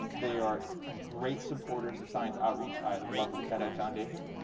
they are great supporters of science outreach. i love the ted-ed foundation.